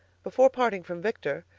before parting from victor,